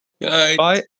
Bye